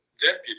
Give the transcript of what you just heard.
deputy